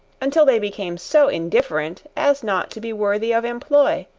until they became so indifferent, as not to be worthy of employ,